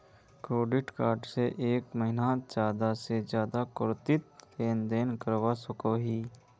Credit card से एक महीनात ज्यादा से ज्यादा कतेरी लेन देन करवा सकोहो ही?